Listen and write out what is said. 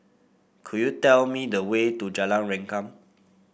could you tell me the way to Jalan Rengkam